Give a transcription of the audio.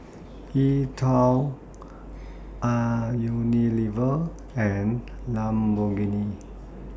E TWOW Unilever and Lamborghini